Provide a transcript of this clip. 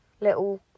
little